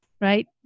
right